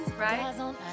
right